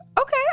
Okay